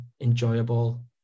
enjoyable